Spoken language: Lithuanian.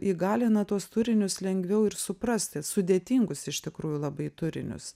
įgalina tuos turinius lengviau ir suprasti sudėtingus iš tikrųjų labai turinius